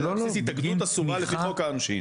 אלא על פי בסיס התאגדות אסורה לפי חוק העונשין.